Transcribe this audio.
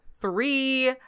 Three